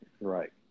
Right